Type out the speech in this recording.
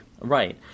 Right